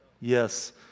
Yes